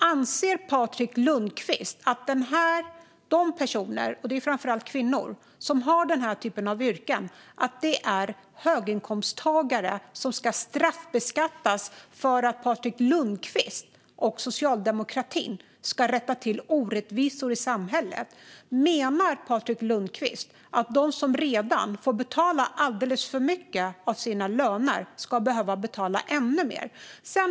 Anser Patrik Lundqvist att de personer som har den här typen av yrken - och det är framför allt kvinnor - är höginkomsttagare som ska straffbeskattas för att Patrik Lundqvist och socialdemokratin ska rätta till orättvisor i samhället? Menar Patrik Lundqvist att de som redan får betala alldeles för mycket av sina löner ska behöva betala ännu mer?